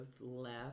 left